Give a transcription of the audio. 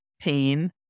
pain